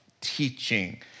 Teaching